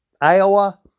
Iowa